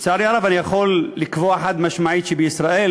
לצערי הרב, אני יכול לקבוע חד-משמעית שבישראל,